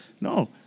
No